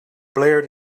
blared